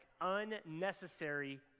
unnecessary